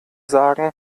sagen